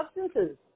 substances